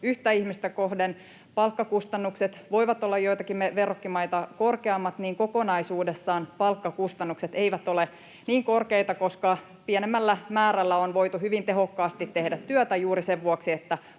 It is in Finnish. yhtä ihmistä kohden palkkakustannukset voivat olla joitakin verrokkimaita korkeammat, niin kokonaisuudessaan palkkakustannukset eivät ole niin korkeita, koska pienemmällä määrällä on voitu hyvin tehokkaasti tehdä työtä juuri sen vuoksi, että